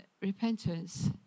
repentance